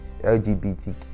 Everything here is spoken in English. LGBTQ